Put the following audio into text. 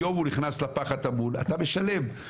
היום הוא נכנס לפח הטמון אתה משלם.